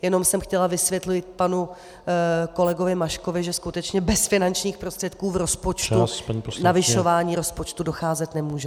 Jenom jsem chtěla vysvětlit panu kolegovi Maškovi, že skutečně bez finančních prostředků v rozpočtu k navyšování rozpočtu docházet nemůže.